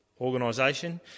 organisation